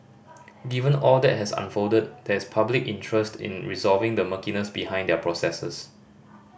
given all that has unfolded there is public interest in resolving the murkiness behind their processes